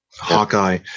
hawkeye